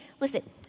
listen